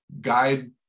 guide